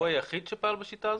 הוא היחיד שבנה בשיטה הזאת?